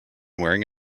wearing